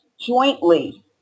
jointly